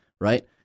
right